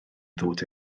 ddod